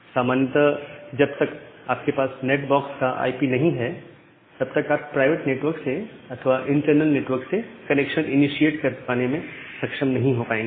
सामान्यतः जब तक आपके पास नैट बॉक्स का आई पी नहीं है तब तक आप प्राइवेट नेटवर्क से अथवा इंटरनल नेटवर्क से कनेक्शन इनीशिएट करने में सक्षम नहीं हो पाएंगे